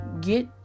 get